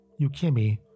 Yukimi